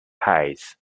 hides